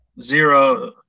Zero